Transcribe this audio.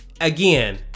again